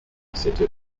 cette